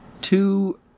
Two